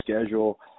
schedule